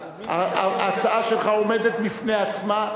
ההצעה שלך עומדת בפני עצמה,